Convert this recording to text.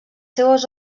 seues